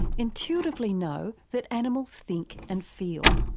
intuitively know that animals think and feel.